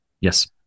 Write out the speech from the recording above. Yes